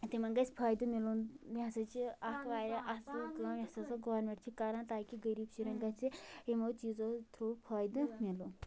تِمن گژھہِ فٲیدٕ میلُن یہِ ہسا چھِ اَکھ واریاہ اصٕل کٲم یۄس ہسا گورمیٚنٛٹ چھُ کران تاکہِ غریٖب شڑیٚن گژھہِ یِمو چیٖزو تھرٛو فٲیدٕ میلُن